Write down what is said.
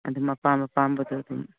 ꯑꯗꯨꯝ ꯑꯄꯥꯝ ꯑꯄꯥꯝꯕꯗꯨ ꯑꯗꯨꯝ